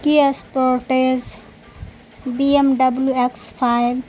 کیا ایس properties B M W X five